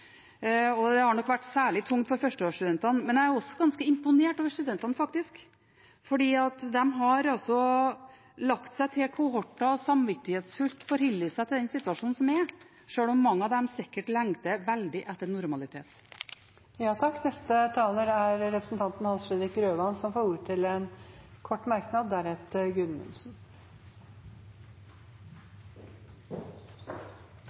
førsteårsstudentene. Men jeg er også ganske imponert over studentene, for de har lagt seg til kohorter og forholdt seg samvittighetsfullt til den situasjonen som er, sjøl om mange av dem sikkert lengter veldig etter normalitet. Representanten Hans Fredrik Grøvan har hatt ordet to ganger tidligere og får ordet til en kort merknad,